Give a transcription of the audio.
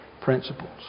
principles